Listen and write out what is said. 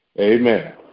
Amen